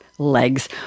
Legs